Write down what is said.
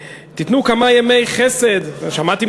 תיתנו כמה ימי חסד אתה לא שמעת את הנאום שלי,